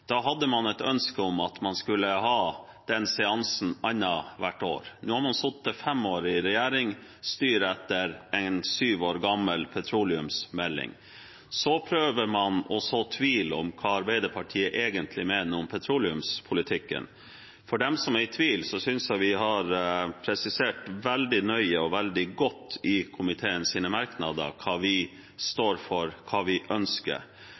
Da hadde man et ønske om at man skulle ha den seansen annethvert år. Nå har man sittet fem år i regjering og styrer etter en syv år gammel petroleumsmelding. Så prøver man å så tvil om hva Arbeiderpartiet egentlig mener om petroleumspolitikken. For dem som er i tvil, synes jeg vi har presisert veldig nøye og veldig godt i komiteens merknader hva vi står for, og hva vi ønsker.